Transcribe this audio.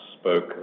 spoke